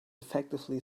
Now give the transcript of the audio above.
effectively